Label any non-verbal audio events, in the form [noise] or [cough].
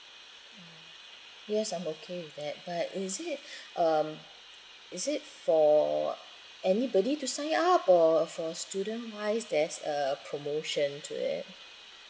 mm yes I'm okay with that but is it [breath] um is it for anybody to sign up or for student wise there's uh promotion to it